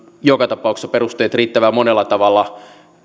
joka tapauksessa perusteet riittävän monella tavalla